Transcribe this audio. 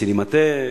סינמטק,